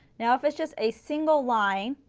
now if it's just a single line,